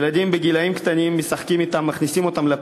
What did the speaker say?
ילדים קטנים משחקים אתם, מכניסים אותם לפה.